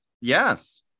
Yes